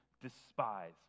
despise